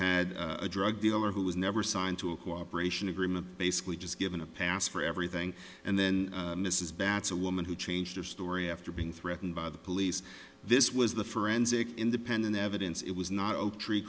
had a drug dealer who was never signed to a cooperation agreement basically just given a pass for everything and then mrs batts a woman who changed her story after being threatened by the police this was the forensic independent evidence it was not o